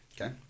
Okay